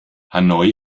hanoi